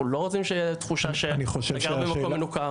אנחנו לא רוצים שתהיה תחושה שאתה גר במקום מנוכר.